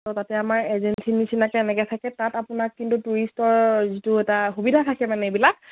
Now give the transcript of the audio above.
ত' তাতে আমাৰ এজেঞ্চিৰ নিচিনাকে এনেকে থাকে তাত আপোনাক কিন্তু টুৰিষ্টৰ যিটো এটা সুবিধা থাকে মানে এইবিলাক